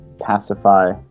pacify